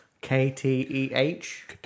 K-T-E-H